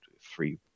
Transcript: three